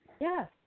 Yes